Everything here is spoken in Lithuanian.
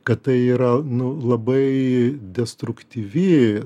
kad tai yra nu labai destruktyvi